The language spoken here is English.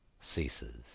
ceases